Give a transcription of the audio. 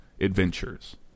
adventures